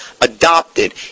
adopted